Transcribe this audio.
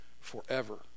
forever